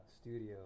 studio